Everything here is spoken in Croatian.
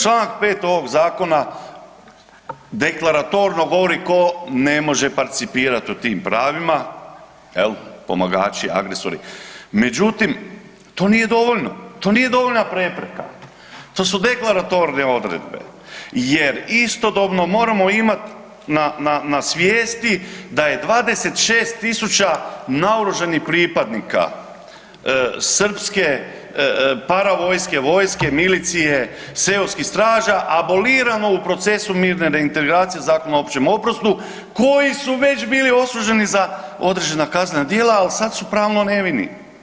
Čl. 5. ovog zakona deklaratorno govori ko ne može participirat u tim pravima jel, pomagači, agresori, međutim to nije dovoljno, to nije dovoljna prepreka, to su deklaratorne odredbe jer istodobno moramo imat na, na, na svijesti da je 26.000 naoružanih pripadnika srpske paravojske, vojske, milicije, seoskih straža, abolirano u procesu mirne reintegracije Zakona o općem oprostu koji su već bili osuđeni za određena kaznena djela, al sad su pravno nevini.